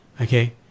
Okay